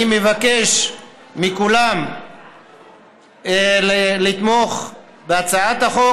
אני מבקש מכולם לתמוך בהצעת החוק.